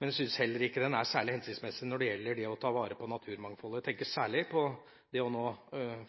Jeg syns heller ikke den er særlig hensiktsmessig når det gjelder å ta vare på naturmangfoldet. Jeg tenker særlig på det å